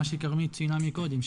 מה שכרמית ציינה מקודם,